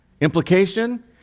Implication